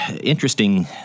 interesting